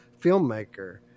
filmmaker